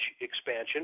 expansion